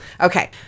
Okay